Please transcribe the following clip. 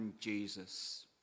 Jesus